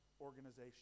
organization